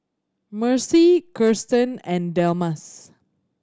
Mercy Kiersten and Delmas